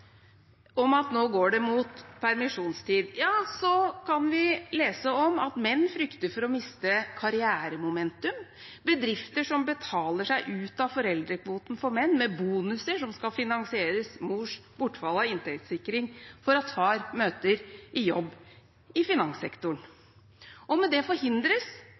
om at nå går det mot permisjonstid, kan vi lese om at menn frykter for å miste karrieremomentum, og at bedrifter betaler seg ut av foreldrekvoten for menn med bonuser som skal finansiere mors bortfall av inntektssikring, for at far skal møte på jobb i finanssektoren. Med det forhindres